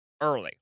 early